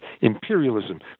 imperialism